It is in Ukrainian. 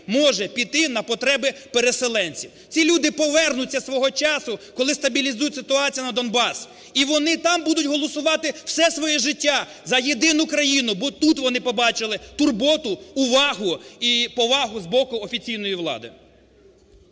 може піти на потреби переселенців. Ці люди повернуться свого часу, коли стабілізується ситуація на Донбасі. І вони там будуть голосувати все своє життя за єдину країну, бо тут вони побачили турботу, увагу і повагу з боку офіційної влади.